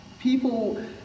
people